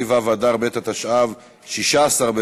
בעד, 13,